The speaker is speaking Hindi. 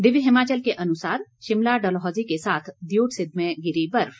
दिव्य हिमाचल के अनुसार शिमला डलहौजी के साथ दियोटसिद्व में गिरी बर्फ